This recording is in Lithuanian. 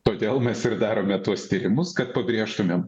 todėl mes ir darome tuos tyrimus kad pabrėžtumėm